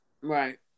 Right